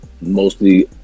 Mostly